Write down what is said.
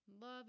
Love